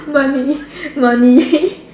money money